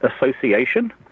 Association